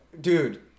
Dude